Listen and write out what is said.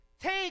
Take